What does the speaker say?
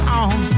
on